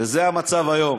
וזה המצב היום.